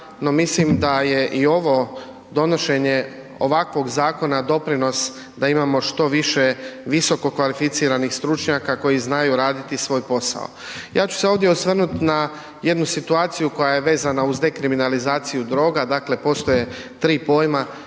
no mislim da je ovo donošenje ovakvog zakona doprinos da imamo što više visokokvalificiranih stručnjaka koji znaju raditi svoj posao. Ja ću se ovdje osvrnuti na jednu situaciju koja je vezana uz dekriminalizaciju droga, dakle postoje tri pojma